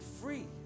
free